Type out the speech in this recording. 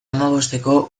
hamabosteko